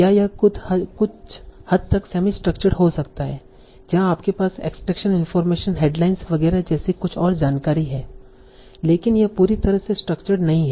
या यह कुछ हद तक सेमी स्ट्रक्चर्ड हो सकता है जहां आपके पास एक्सट्रैक्शन इनफार्मेशन हेडलाइंस वगैरह जैसी कुछ और जानकारी है लेकिन यह पूरी तरह से स्ट्रक्चर्ड नहीं है